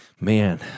Man